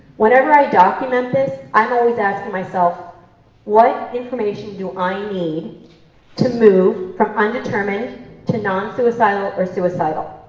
whenever i document this, i'm always asking myself what information do i need to move from undetermined to non-suicidal or suicidal.